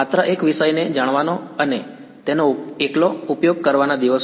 માત્ર એક વિષયને જાણવાનો અને તેનો એકલો ઉપયોગ કરવાના દિવસો